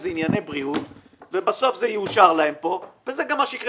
אלה ענייני בריאות ובסוף זה יאושר להם כאן וזה גם מה שיקרה